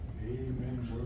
Amen